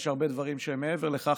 יש הרבה דברים שהם מעבר לכך,